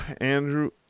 andrew